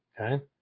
Okay